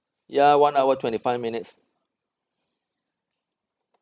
ya one hour twenty five minutes